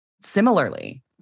Similarly